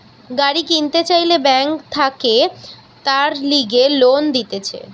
গাড়ি কিনতে চাইলে বেঙ্ক থাকে তার লিগে লোন দিতেছে